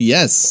Yes